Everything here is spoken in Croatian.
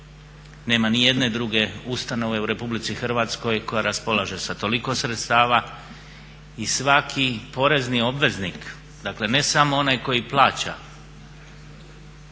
Nema ni jedne druge ustanove u RH koja raspolaže sa toliko sredstava i svaki porezni obveznik, dakle ne samo onaj koji plaća